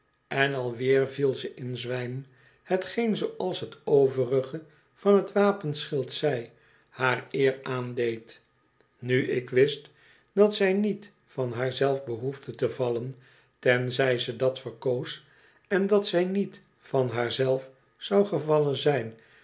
en alweer viel ze in zwijm hetgeen zooals t overige van t wapenschild zei haar eer aandeed nu ik wist dat zij niet van haar zelf behoefde te vallen tenzij ze dat verkoos en dat zij niet van haar zelf zou gevallen zijn